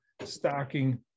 stocking